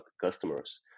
customers